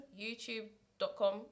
YouTube.com